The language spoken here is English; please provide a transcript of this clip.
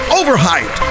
overhyped